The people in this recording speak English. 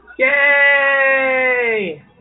Yay